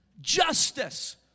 justice